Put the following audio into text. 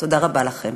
תודה רבה לכם.